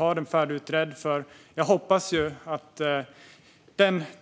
Jag hoppas att man kommer att hålla fast i